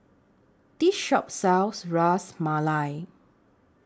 This Shop sells Ras Malai